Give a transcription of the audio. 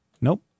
Nope